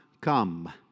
come